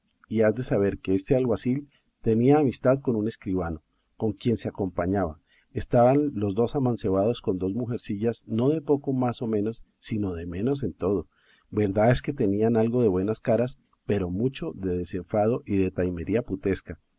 y has de saber que este alguacil tenía amistad con un escribano con quien se acompañaba estaban los dos amancebados con dos mujercillas no de poco más a menos sino de menos en todo verdad es que tenían algo de buenas caras pero mucho de desenfado y de taimería putesca